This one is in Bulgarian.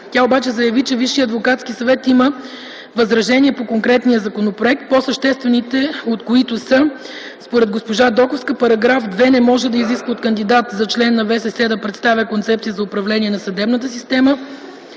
обаче, че Висшият адвокатски съвет има възражения по конкретния законопроект, по-съществените от които според госпожа Доковска са: -§ 2 не може да изисква от кандидат за член на ВСС да представя концепция за управление на съдебната система,